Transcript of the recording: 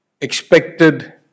expected